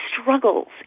struggles